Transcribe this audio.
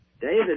David